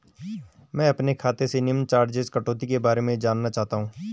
मैं अपने खाते से निम्न चार्जिज़ कटौती के बारे में जानना चाहता हूँ?